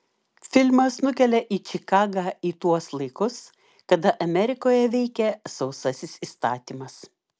filmas nukelia į čikagą į tuos laikus kada amerikoje veikė sausasis įstatymas